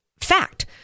fact